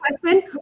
question